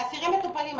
והאסירים מטופלים.